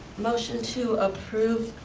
motion to approve,